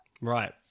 Right